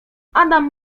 adam